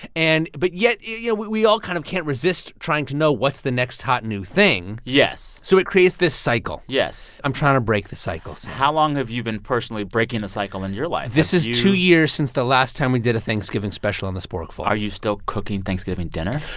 and but yet, you yeah we we all kind of can't resist trying to know what's the next hot, new thing yes so it creates this cycle yes i'm trying to break the cycle, sam so how long have you been personally breaking the cycle in your life? this is two years since the last time we did a thanksgiving special on the sporkful are you still cooking thanksgiving dinner?